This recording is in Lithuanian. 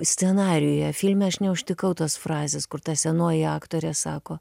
scenarijuje filme aš neužtikau tos frazės kur ta senoji aktorė sako